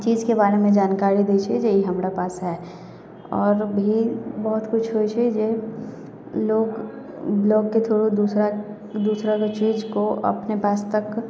चीजके बारेमे जानकारी दै छै कि ई हमरा पास है आओर भी बहुत किछु होइ छै जे लोक ब्लॉगके थ्रू दूसरा दूसराके चीजको अपने पास तक